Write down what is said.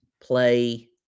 play